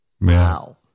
Wow